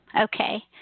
Okay